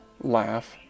laugh